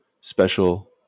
special